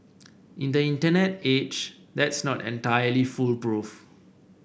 in the Internet age that's not entirely foolproof